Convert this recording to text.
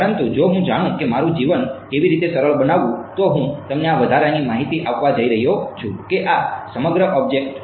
પરંતુ જો હું જાણું છું કે મારું જીવન કેવી રીતે સરળ બનાવવું તો હું તમને આ વધારાની માહિતી આપવા જઈ રહ્યો છું કે આ સમગ્ર ઑબ્જેક્ટ આ છે